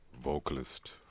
vocalist